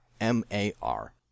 m-a-r